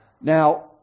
Now